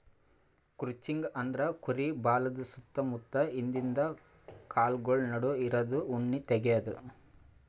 crutching ಅಂದ್ರ ಕುರಿ ಬಾಲದ್ ಸುತ್ತ ಮುತ್ತ ಹಿಂದಿಂದ ಕಾಲ್ಗೊಳ್ ನಡು ಇರದು ಉಣ್ಣಿ ತೆಗ್ಯದು